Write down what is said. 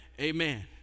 amen